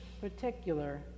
particular